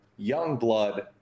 Youngblood